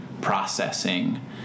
processing